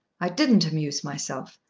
i didn't amuse myself.